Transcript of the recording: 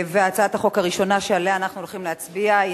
הצעת החוק הראשונה שעליה אנחנו הולכים להצביע היא